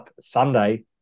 Sunday